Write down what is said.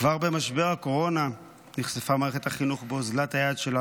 כבר במשבר הקורונה נחשפה מערכת החינוך באוזלת היד שלה,